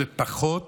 ופחות